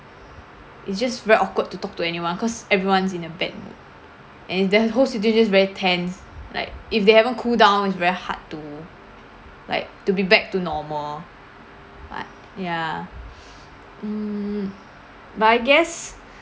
it's just very awkward to talk to anyone cause everyone's in a bad mood and that whole situation just very tense like if they haven't cool down it's very hard to like to be back to normal like ya mm but I guess